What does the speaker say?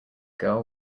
girl